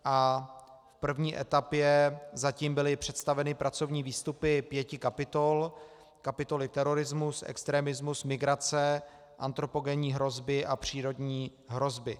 V první etapě zatím byly představeny pracovní výstupy pěti kapitol kapitoly terorismus, extremismus, migrace, antropogenní hrozby a přírodní hrozby.